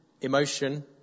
emotion